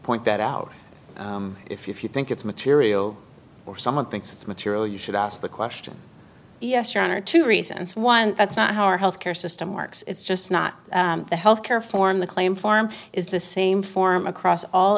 point that out if you think it's material or someone thinks it's material you should ask the question yes your honor two reasons one that's not how our health care system works it's just not the health care form the claim form is the same form across all